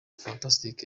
fantastic